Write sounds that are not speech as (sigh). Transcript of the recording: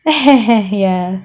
(laughs) ya